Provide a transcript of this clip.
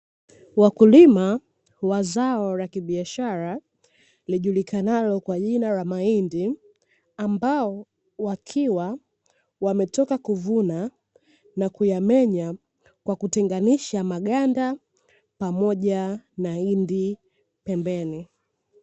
Wakulima wa zao la kibiashara lijulikanalo kwa jina la mahindi, ambao wakiwa wametoka kuvuna na kuyamenya kwa kutenganisha maganda pamoja na hindi pembeni.